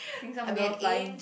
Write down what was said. seen some girls flying